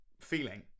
feeling